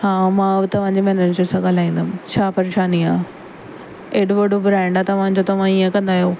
हा मां तव्हांजे मैनेजर सां ॻाल्हाईंदमि छा परेशानी आहे एॾो वॾो ब्रैंड आहे तव्हांजो तव्हां ईअं कंदा आहियो